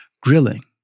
grilling